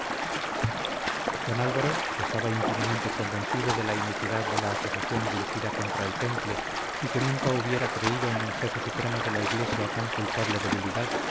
don álvaro que estaba íntimamente convencido de la iniquidad de la acusación dirigida contra el temple y que nunca hubiera creído en el jefe supremo de la iglesia tan culpable debilidad